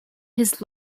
his